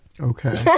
Okay